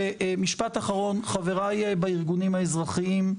ומשפט אחרון, חבריי בארגונים האזרחיים.